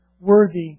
worthy